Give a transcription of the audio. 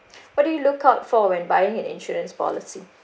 what do you look out for when buying an insurance policy